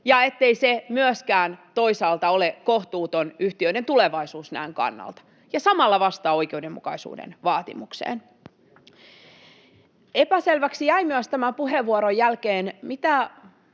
eikä myöskään toisaalta ole kohtuuton yhtiöiden tulevaisuudennäkymien kannalta, ja joka samalla vastaa oikeudenmukaisuuden vaatimukseen. Epäselväksi jäi myös tämän puheenvuoron jälkeen, mitä